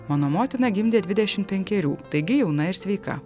mano motina gimdė dvidešimt penkerių taigi jauna ir sveika